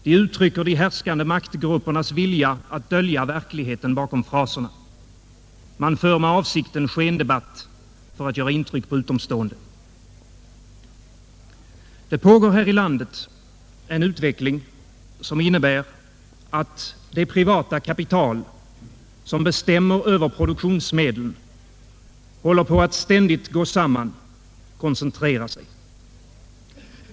De uttrycker de härskande maktgruppernas vilja att dölja verkligheten bakom fraserna. Man för med avsikt en skendebatt för att göra intryck på utomstående. Det pågår här i landet en utveckling som innebär att det privata kapital, som bestämmer över produktionsmedlen, håller på att ständigt gå samman, koncentrera sig.